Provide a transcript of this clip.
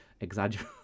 exaggerate